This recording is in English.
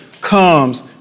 comes